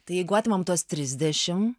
tai jeigu atimam tuos trisdešim